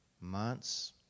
months